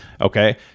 Okay